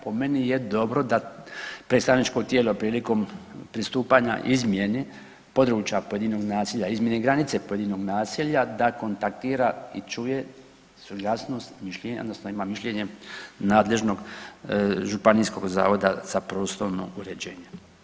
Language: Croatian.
Po meni je dobro da predstavničko tijelo prilikom pristupanja izmjeni područja pojedinog naselja, izmjeni granice pojedinog naselja da kontaktira i čuje suglasnost i mišljenje odnosno ima mišljenje nadležnog Županijskog zavoda za prostorno uređenje.